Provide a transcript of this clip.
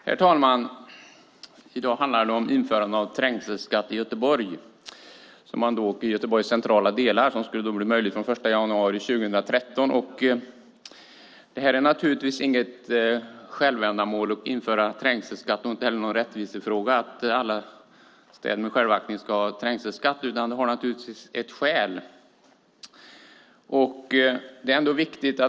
Herr talman! I dag handlar det om införande av trängselskatt i Göteborgs centrala delar som skulle bli möjligt från den 1 januari 2013. Det är inget självändamål att införa trängselskatt och inte heller någon rättvisefråga att alla städer med självaktning ska ha trängselskatt, utan det finna naturligtvis ett skäl.